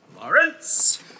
Lawrence